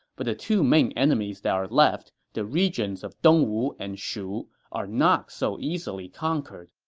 but the two main enemies that are left, the regions of dongwu and shu, are not so easily conquered.